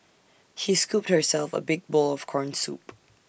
she scooped herself A big bowl of Corn Soup